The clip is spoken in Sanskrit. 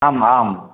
आम् आम्